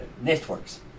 networks